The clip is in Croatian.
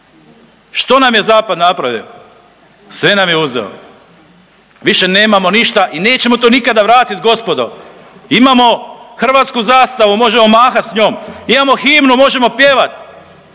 Što nam je zapad napravio? Sve nam je uzeo. Više nemamo ništa i nećemo to nikada vratiti gospodo. Imamo hrvatsku zastavu. Možemo mahat s njom. Imao himnu, možemo pjevat.